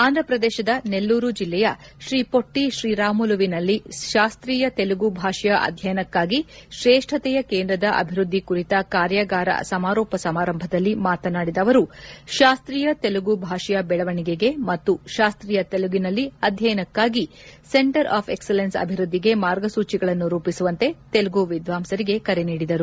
ಆಂಧಪ್ರದೇಶದ ನೆಲ್ಲೂರು ಜಿಲ್ಲೆಯ ಶ್ರೀಪೊಟ್ಟಿ ಶ್ರೀರಾಮುಲುನಲ್ಲಿ ಶಾಸ್ತೀಯ ತೆಲುಗು ಭಾಷೆಯ ಅಧ್ಯಯನಕ್ಕಾಗಿ ಶ್ರೇಷ್ಠತೆಯ ಕೇಂದ್ರದ ಅಭಿವೃದ್ಧಿ ಕುರಿತ ಕಾರ್ಯಾಗಾರ ಸಮಾರೋಪ ಸಮಾರಂಭದಲ್ಲಿ ಮಾತನಾಡಿದ ಅವರು ಶಾಸ್ತೀಯ ತೆಲುಗು ಭಾಷೆಯ ಬೆಳವಣಿಗೆಗೆ ಮತ್ತು ಶಾಸ್ತೀಯ ತೆಲುಗಿನಲ್ಲಿ ಅಧ್ಯಯನಕ್ಕಾಗಿ ಸೆಂಟರ್ ಆಫ್ ಎಕ್ಸ್ಲೆನ್ಸ್ ಅಭಿವ್ಯದ್ದಿಗೆ ಮಾರ್ಗಸೂಚಿಗಳನ್ನು ರೂಪಿಸುವಂತೆ ತೆಲುಗು ವಿದ್ವಾಂಸರಿಗೆ ಒತ್ತಾಯಿಸಿದ್ದಾರೆ